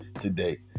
today